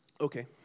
Okay